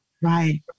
Right